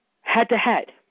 head-to-head